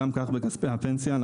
כך גם בכספי הפנסיה.